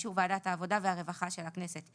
באישור ועדת העבודה והרווחה של הכנסת,